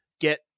get